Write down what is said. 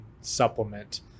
supplement